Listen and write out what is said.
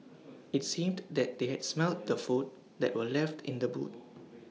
IT seemed that they had smelt the food that were left in the boot